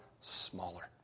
smaller